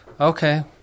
Okay